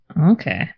Okay